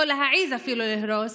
לא להעז אפילו להרוס,